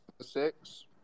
six